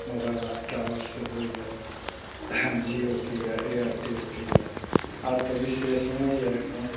मोबाइलक टावर सेहो यऽ जिओके यऽ एयरटेलके यऽ आओर तऽ विशेष नहि यऽ एखन